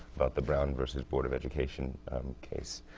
about the brown vs. board of education case.